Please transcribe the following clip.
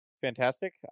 fantastic